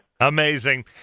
Amazing